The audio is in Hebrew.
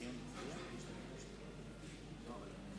מצביעה